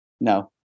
No